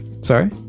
Sorry